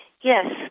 Yes